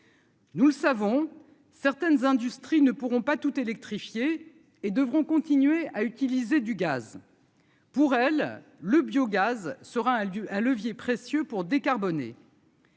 Nous le savons, certaines industries ne pourront pas toutes électrifiées et devront continuer à utiliser du gaz. Pour elle, le biogaz sera du un levier précieux pour décarboner.